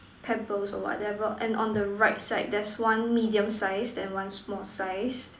pebbles or whatever and on the right side there's one medium size and one small size